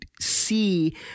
see